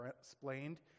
explained